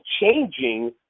changing